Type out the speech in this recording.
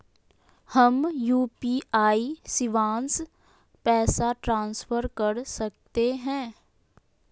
हम यू.पी.आई शिवांश पैसा ट्रांसफर कर सकते हैं?